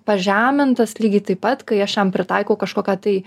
pažemintas lygiai taip pat kai aš jam pritaikau kažkokią tai